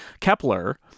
Kepler